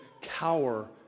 cower